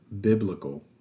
biblical